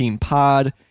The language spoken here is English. Pod